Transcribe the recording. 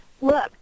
look